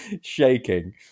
Shaking